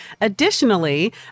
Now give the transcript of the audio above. Additionally